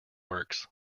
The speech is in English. works